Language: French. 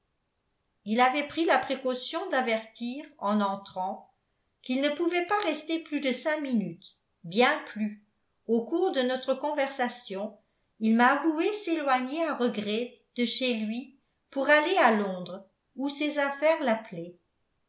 il avait pris la précaution d'avertir en entrant qu'il ne pouvait pas rester plus de cinq minutes bien plus au cours de notre conversation il m'a avoué s'éloigner à regret de chez lui pour aller à londres où ses affaires l'appelaient